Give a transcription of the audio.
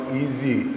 easy